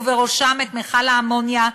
ובראשם את מכל האמוניה,